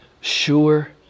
sure